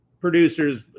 producers